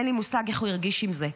אין לי מושג איך הוא הרגיש עם זה.